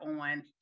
on